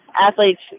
athletes